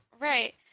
Right